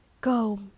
Go